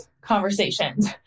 conversations